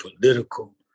political